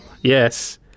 Yes